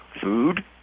food